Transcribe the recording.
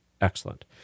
Excellent